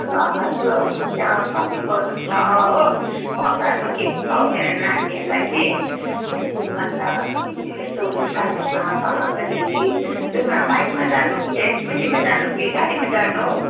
ल त्यो त्यहाँ सपिङ गर्नु पनि छ हो कपडाहरू पनि किन्नु छ हौ मेरो नानीहरूलाई कि अन्त यसो साथीहरूसँग सल्लाह गरिओरि जाउँ न बाइकमा जानु कि ए स्कुटीमा जानु कि गाडीमा जानु हौ